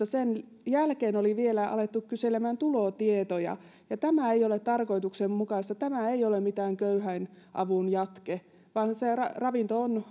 sen jälkeen oli vielä alettu kyselemään tulotietoja tämä ei ole tarkoituksenmukaista tämä ei ole mikään köyhäinavun jatke vaan se ravinto on